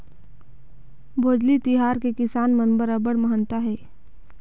भोजली तिहार के किसान मन बर अब्बड़ महत्ता हे